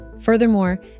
Furthermore